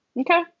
okay